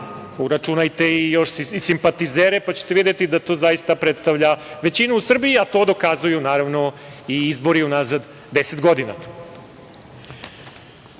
uračunajte još i simpatizere pa ćete videti da to zaista predstavlja većinu u Srbiji, a to dokazuju naravno i izbori unazad 10 godina. Od